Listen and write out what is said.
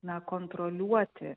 na kontroliuoti